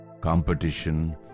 competition